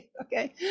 okay